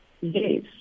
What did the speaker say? Yes